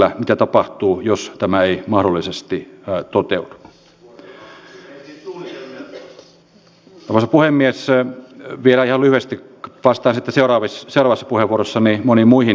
ajatella niin että kun meidän elintasomme koko ajan nousee meidän elinajanodotteemme nousee silti meillä menee lisää koko ajan rahaa sairastavuuteen